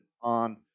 on